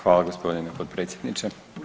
Hvala gospodine potpredsjedniče.